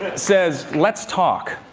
says, let's talk